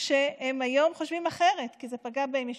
שהם חושבים אחרת, כי זה פגע בהם ישירות.